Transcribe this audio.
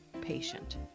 patient